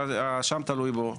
והאשם תלוי בו.